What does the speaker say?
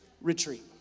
retreat